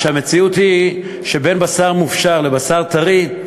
המציאות היא שבין בשר מופשר לבשר טרי,